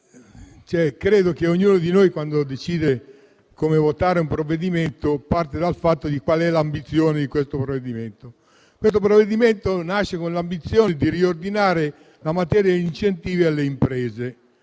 credo che ognuno di noi, quando decide come votare un provvedimento, parta dal considerare qual è l'ambizione del provvedimento stesso. Questo provvedimento nasce con l'ambizione di riordinare la materia degli incentivi alle imprese;